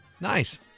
nice